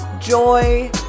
joy